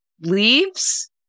leaves